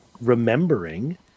remembering